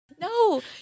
No